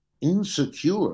insecure